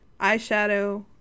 eyeshadow